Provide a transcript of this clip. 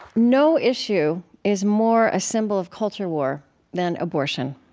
no issue is more a symbol of culture war than abortion.